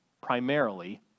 primarily